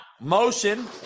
motion